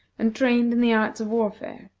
and trained in the arts of warfare,